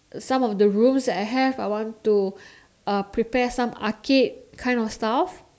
some of the rooms that I have I want to uh prepare some arcade kind of style